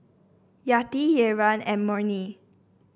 Yati Rayyan and Murni